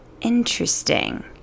interesting